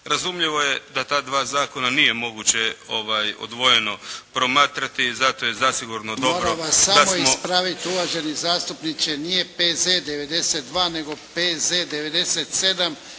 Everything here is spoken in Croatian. Razumljivo je da ta dva zakona nije moguće odvojeno promatrati i zato je zasigurno dobro da smo…